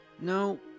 No